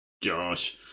Josh